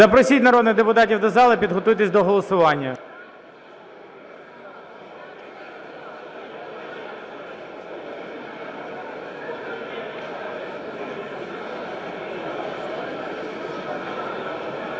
Запросіть народних депутатів до зали. Підготуйтесь до голосування.